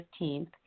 15th